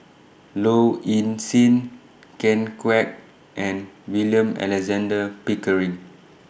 Low Ing Sing Ken Kwek and William Alexander Pickering